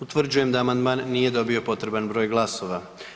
Utvrđujem da amandman nije dobio potreban broj glasova.